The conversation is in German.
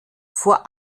vor